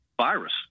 virus